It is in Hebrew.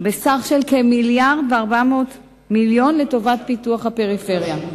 בסך כמיליארד ו-400 מיליון לטובת פיתוח הפריפריה.